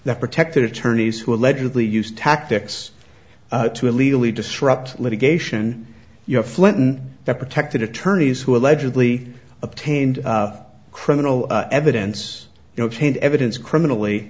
that protected attorneys who allegedly used tactics to illegally disrupt litigation you're flitton that protected attorneys who allegedly obtained criminal evidence you know change evidence criminally